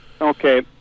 Okay